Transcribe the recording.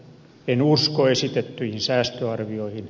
en usko esitettyihin säästöarvioihin